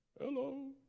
Hello